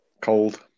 cold